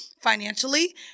financially